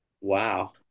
Wow